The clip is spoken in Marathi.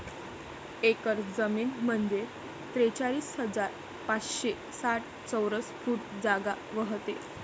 एक एकर जमीन म्हंजे त्रेचाळीस हजार पाचशे साठ चौरस फूट जागा व्हते